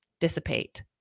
dissipate